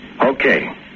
Okay